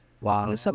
wow